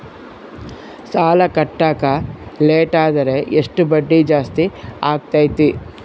ಸಾಲ ಕಟ್ಟಾಕ ಲೇಟಾದರೆ ಎಷ್ಟು ಬಡ್ಡಿ ಜಾಸ್ತಿ ಆಗ್ತೈತಿ?